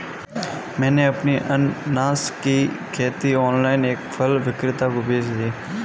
मैंने अपनी अनन्नास की खेती ऑनलाइन एक फल विक्रेता को बेच दी